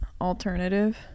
alternative